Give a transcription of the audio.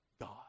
God